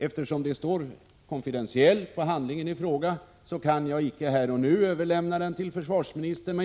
Eftersom det står ”konfidentiellt” på handlingen i fråga, kan jag icke här och nu överlämna den till försvarsministern.